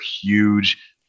huge